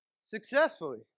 Successfully